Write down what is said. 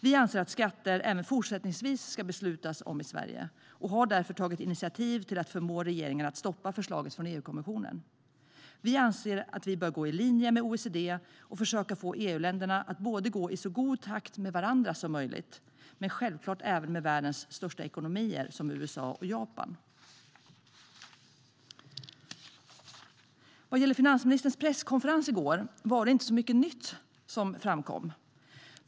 Vi anser att det även fortsättningsvis ska beslutas om skatter i Sverige och har därför tagit initiativ till att förmå regeringen att stoppa förslaget från EU-kommissionen. Vi anser att vi bör gå i linje med OECD och försöka få EU-länderna att gå i så god takt med varandra som möjligt men självklart även med världens största ekonomier, som USA och Japan. Vad gäller finansministerns presskonferens i går var det inte mycket nytt som framkom.